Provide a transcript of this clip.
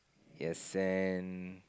yes in